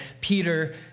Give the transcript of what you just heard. Peter